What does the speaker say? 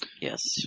Yes